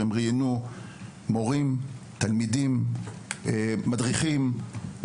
הם ראיינו מורים, תלמידים, מדריכים, מפקחים,